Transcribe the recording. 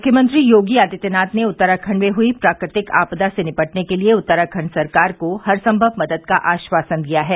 मुख्यमंत्री योगी आदित्यनाथ ने उत्तराखंड मे हुई प्राकृतिक आपदा से निपटने के लिए उत्तराखंड सरकार को हरसंभव मदद का आश्वासन दिया है